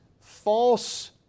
false